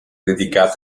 dedicata